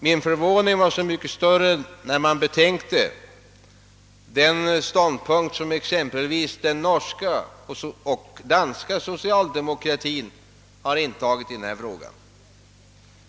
Min förvåning var så mycket större med tanke på den ståndpunkt som exempelvis den norska och den danska socialdemokratin intagit i denna fråga.